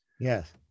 Yes